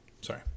sorry